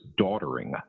daughtering